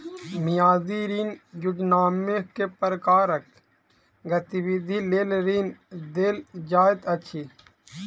मियादी ऋण योजनामे केँ प्रकारक गतिविधि लेल ऋण देल जाइत अछि